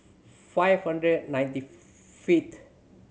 five hundred and ninety fifth